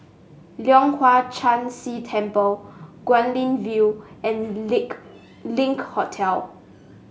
Leong Hwa Chan Si Temple Guilin View and Link Hotel